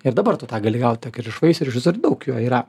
ir dabar tu tą gali gaut tokį ir iš vaisių ir iš visur daug jo yra